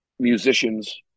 musicians